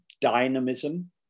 dynamism